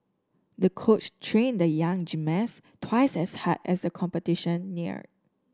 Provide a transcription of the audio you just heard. the coach trained the young gymnast twice as hard as a competition neared